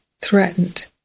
threatened